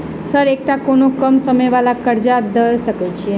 Sir एकटा कोनो कम समय वला कर्जा दऽ सकै छी?